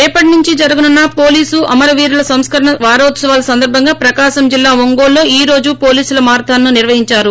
రేపటి నుంచి జరగనున్న పోలీసు అమరవీరుల సంస్క రణ వారోత్సవాల సందర్బంగా ప్రకాశం జిల్లా ఒంగోలులో ఈ రోజు పోలీసుల మారథాన్ ను నిర్వహించారు